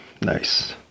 Nice